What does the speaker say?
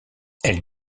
elle